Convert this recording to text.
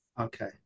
Okay